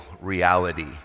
reality